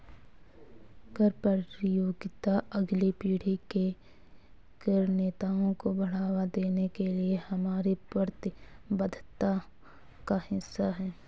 कर प्रतियोगिता अगली पीढ़ी के कर नेताओं को बढ़ावा देने के लिए हमारी प्रतिबद्धता का हिस्सा है